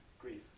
Grief